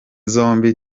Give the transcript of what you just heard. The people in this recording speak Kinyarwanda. zombi